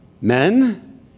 men